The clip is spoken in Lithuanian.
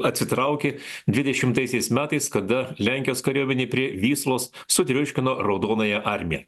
atsitraukė dvidešimtaisiais metais kada lenkijos kariuomenė prie vyslos sutriuškino raudonąją armiją